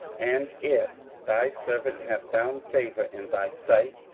and if thy servant have found favour in thy sight,